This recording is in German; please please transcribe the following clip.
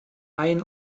ein